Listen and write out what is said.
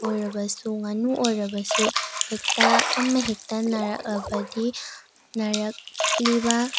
ꯑꯣꯏꯔꯕꯁꯨ ꯉꯥꯅꯨ ꯑꯣꯏꯔꯕꯁꯨ ꯍꯦꯛꯇ ꯑꯃ ꯍꯦꯛꯇ ꯅꯥꯔꯛꯂꯕꯗꯤ ꯅꯥꯔꯛꯂꯤꯕ